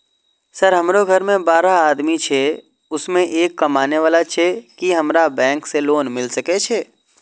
Sir हमरो घर में बारह आदमी छे उसमें एक कमाने वाला छे की हमरा बैंक से लोन मिल सके छे?